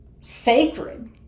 sacred